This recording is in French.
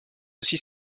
aussi